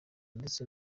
ndetse